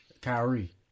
Kyrie